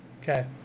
Okay